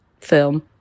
film